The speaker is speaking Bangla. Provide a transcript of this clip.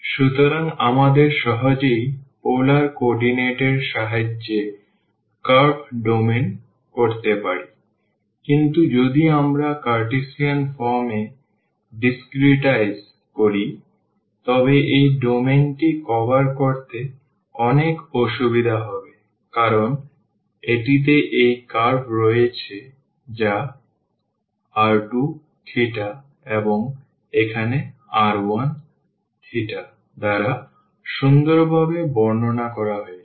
সুতরাং আমরা সহজেই পোলার কোঅর্ডিনেট এর সাহায্যে কার্ভ ডোমেন করতে পারি কিন্তু যদি আমরা কার্টেসিয়ান ফর্ম এ ডিসক্রেটাইজ করি তবে এই ডোমেনটি কভার করতে অনেক অসুবিধা হবে কারণ এটিতে এই কার্ভ রয়েছে যা r2θ এবং এখানে r1θ দ্বারা সুন্দরভাবে বর্ণনা করা হয়েছে